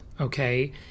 okay